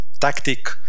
tactic